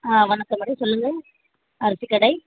ஆ வணக்கம் மேடம் சொல்லுங்கள் அரிசி கடை